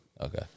Okay